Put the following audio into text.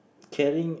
carrying